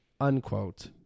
unquote